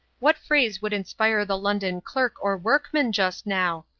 what phrase would inspire the london clerk or workman just now?